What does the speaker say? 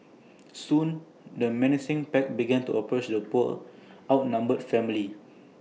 soon the menacing pack began to approach the poor outnumbered family